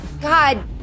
God